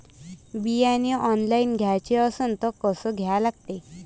बियाने ऑनलाइन घ्याचे असन त कसं घ्या लागते?